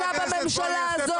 הוא נמצא בממשלה הזאת.